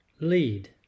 Lead